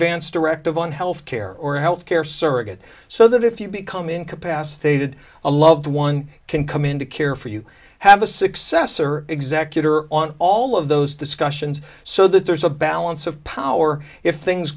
advance directive on health care or health care surrogate so that if you become incapacitated a loved one can come into care for you have a successor executor on all of those discussions so that there's a balance of power if things